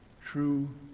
true